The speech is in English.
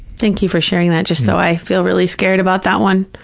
thank you for sharing that, just so i feel really scared about that one.